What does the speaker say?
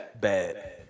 bad